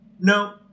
No